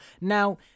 Now